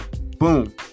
boom